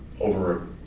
over